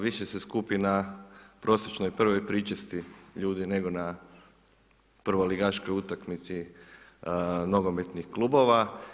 Više se skupi na prosječnoj prvoj pričesti ljudi, nego na prvoligaškoj utakmici nogometnih klubova.